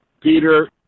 Peter